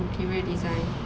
interior design